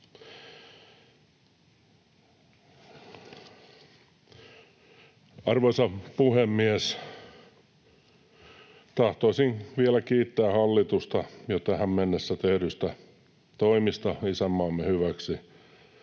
Arvoisa puhemies! Tahtoisin vielä kiittää hallitusta jo tähän mennessä tehdyistä toimista isänmaamme hyväksi.